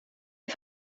det